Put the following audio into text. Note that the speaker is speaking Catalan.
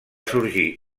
sorgir